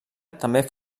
també